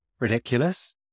Ridiculous